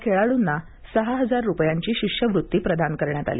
या खेळाडूंना सहा हजार रुपयांची शिष्यवृत्ती प्रदान करण्यात आली